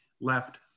left